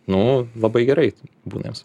nu labai gerai būna jiems